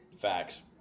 Facts